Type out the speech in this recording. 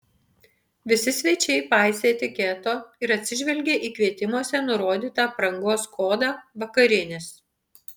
visi svečiai paisė etiketo ir atsižvelgė į kvietimuose nurodytą aprangos kodą vakarinis